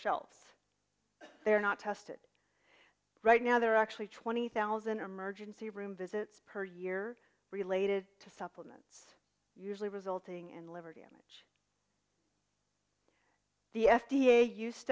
shelves they're not tested right now they're actually twenty thousand emergency room visits per year related to supplements usually resulting in liver damage the f d a used